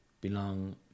belong